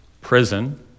Prison